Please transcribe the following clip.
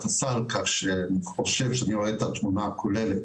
הסל כך שאני חושב כשאני רואה את התמונה הכוללת.